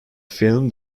film